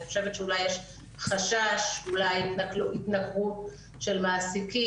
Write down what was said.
אני חושבת שאולי יש חשש, אולי התנכרות של מעסיקים.